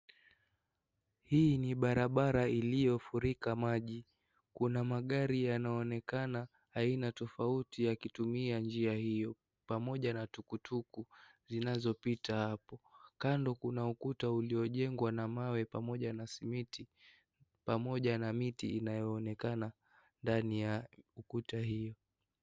Hii ni barabara iliyofurika maji. Kuna magari yanaonekana aina tofauti yakitumia njia hio pamoja na tuk tuk zinazopita hapo. Kando kuna ukuta uliojengwa na mawe pamoja na simiti, pamoja na miti inayoonekana ndani ya ukuta hio.